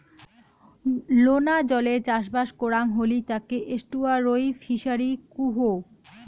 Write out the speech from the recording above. লোনা জলে চাষবাস করাং হলি তাকে এস্টুয়ারই ফিসারী কুহ